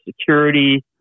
security